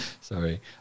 sorry